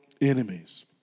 enemies